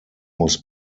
muss